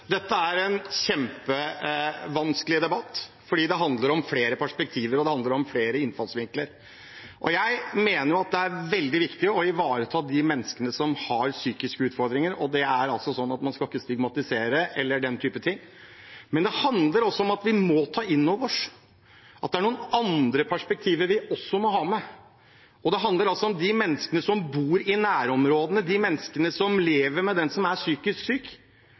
handler om flere perspektiver, og det handler om flere innfallsvinkler. Jeg mener at det er veldig viktig å ivareta de menneskene som har psykiske utfordringer, og man skal ikke stigmatisere eller den type ting, men det handler også om at vi må ta inn over oss at det er noen andre perspektiver vi også må ha med. Det handler om de menneskene som bor i nærområdene, de menneskene som lever med den som er psykisk syk,